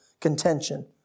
contention